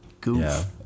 goof